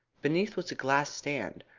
beneath was a glass stand,